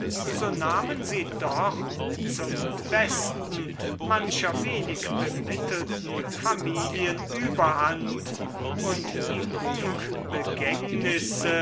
so nahmen sie doch zum besten mancher wenig bemittelten familien überhand und die